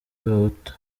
y’abahutu